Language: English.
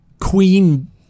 queen